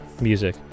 music